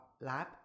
lab